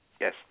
Yes